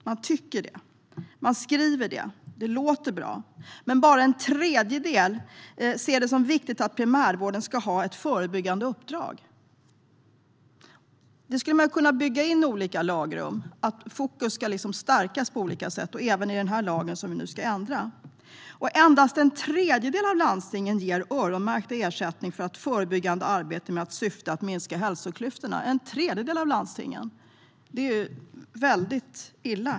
De skriver så för att det låter bra, men bara en tredjedel ser det som viktigt att primärvården ska ha ett förebyggande uppdrag. Man skulle kunna bygga in i olika lagrum att fokus ska stärkas på olika sätt. Det gäller även i den lag vi nu ska ändra. Att endast en tredjedel av landstingen ger öronmärkt ersättning för förebyggande arbete med syfte att minska hälsoklyftor är illa.